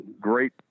great